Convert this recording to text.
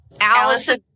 Allison